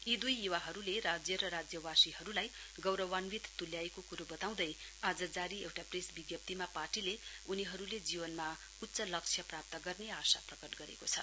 यी दुई युवाहरूले राज्यवासीहरूलाई गौरान्वित तुल्याएको कुरो बताउँदै आज जारी एउटा प्रेस विज्ञप्तिमा पार्टीले उनीहरूले जीवनमा उच्च लक्ष्य प्राप्त गर्ने आशा प्रकट गरेको छ